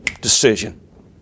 decision